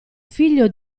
figlio